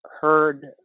heard